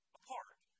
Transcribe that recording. apart